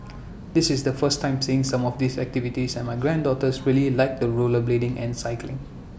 this is the first time seeing some of these activities and my granddaughters really liked the rollerblading and cycling